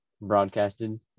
broadcasted